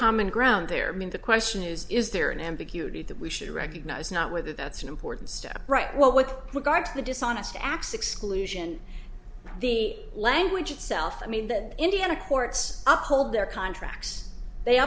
common ground there mean the question is is there an ambiguity that we should recognize not whether that's an important step right what with regard to the dishonest acts exclusion of the language itself i mean that indiana courts up hold their contracts they